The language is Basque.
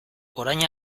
orain